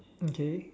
okay